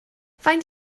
faint